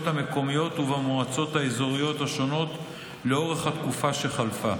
המקומיות ובמועצות האזוריות השונות לאורך התקופה שחלפה.